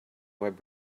web